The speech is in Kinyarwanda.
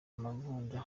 amavunja